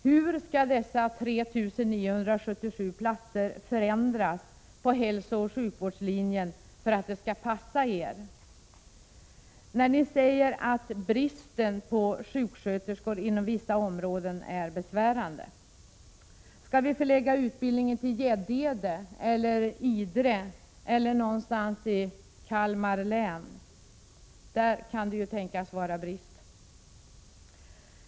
Hur skall dessa 3 977 platser på hälsooch sjukvårdslinjen förändras för att det skall passa er? Ni säger att bristen på sjuksköterskor är besvärande inom vissa områden. Skall vi förlägga utbildningen till Gäddede eller Idre eller till någon ort i Kalmar län? Där kan det ju tänkas vara brist.